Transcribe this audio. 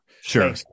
Sure